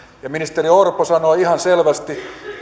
ministeri orpo sanoi ihan selvästi